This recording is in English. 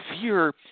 Fear